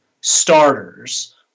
starters